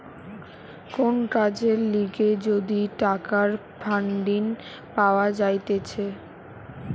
কোন কাজের লিগে যদি টাকার ফান্ডিং পাওয়া যাইতেছে